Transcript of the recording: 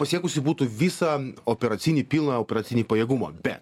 pasiekusi būtų visą operacinį pilną operacinį pajėgumą bet